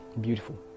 Beautiful